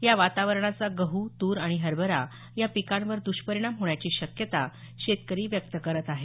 या वातावरणाचा गहू तूर आणि हरभरा या पिकांवर दुष्परिणाम होण्याची शक्यता शेतकरी व्यक्त करत आहेत